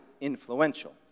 influential